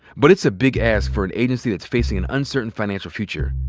but it's a big ask for an agency that's facing an uncertain financial future.